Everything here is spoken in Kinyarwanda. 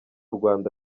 rwanda